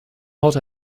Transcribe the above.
hot